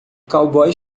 cowboy